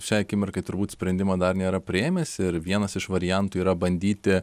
šiai akimirkai turbūt sprendimo dar nėra priėmęs ir vienas iš variantų yra bandyti